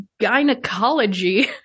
gynecology